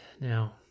now